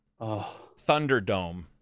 Thunderdome